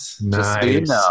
Nice